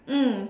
mm